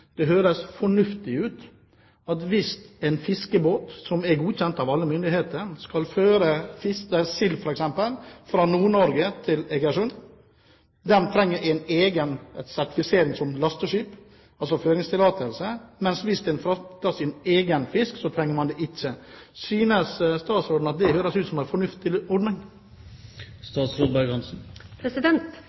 det høres fornuftig ut at hvis en fiskebåt som er godkjent av alle myndigheter, skal føre sild, f.eks., fra Nord-Norge til Egersund, trenger den egen sertifisering som lasteskip – altså føringstillatelse –– mens hvis den frakter sin egen fisk, trenger den det ikke? Synes statsråden det høres ut som en fornuftig ordning?